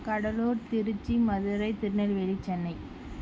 Cuddalore Tiruchi Madurai Tirunelveli Chennai